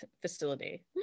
facility